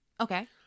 Okay